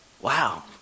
Wow